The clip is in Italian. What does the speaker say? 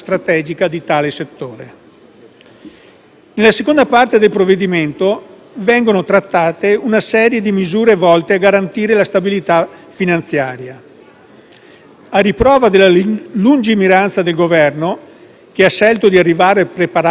Nella seconda parte del provvedimento vengono trattate una serie di misure volte a garantire la stabilità finanziaria. A riprova della lungimiranza del Governo, che ha scelto di arrivare preparato a un'ipotesi di *no deal*,